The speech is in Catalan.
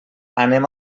anem